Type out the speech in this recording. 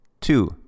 Two